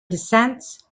descent